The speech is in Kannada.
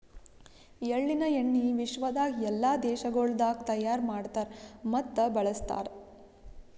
ಎಳ್ಳಿನ ಎಣ್ಣಿ ವಿಶ್ವದಾಗ್ ಎಲ್ಲಾ ದೇಶಗೊಳ್ದಾಗ್ ತೈಯಾರ್ ಮಾಡ್ತಾರ್ ಮತ್ತ ಬಳ್ಸತಾರ್